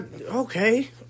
okay